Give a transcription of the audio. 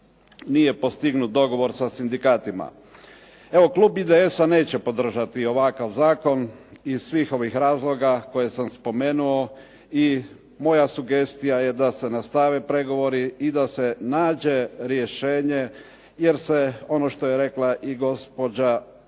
nije postignut dogovor sa sindikatima. Evo, klub IDS-a neće podržati ovakav zakon iz svih ovih razloga koje sam spomenuo i moja sugestija je da se nastave pregovori i da se nađe rješenje, jer se ono što je rekla i gospođa